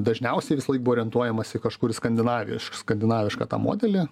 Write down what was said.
dažniausiai visąlaik buvo orientuojamasi kažkur į skandinaviją skandinavišką tą modelį